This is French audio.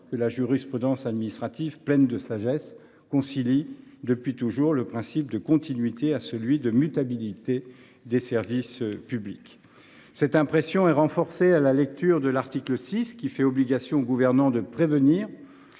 la jurisprudence administrative, pleine de sagesse, concilie depuis toujours le principe de continuité à celui de mutabilité des services publics. Cette impression est renforcée à la lecture de l’article 6, qui fait obligation aux gouvernants de « prévenir